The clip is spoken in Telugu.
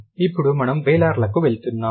ఇప్పుడు మనము వేలార్లకు వెళ్తున్నాము